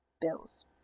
Bills